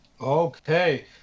okay